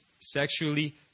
sexually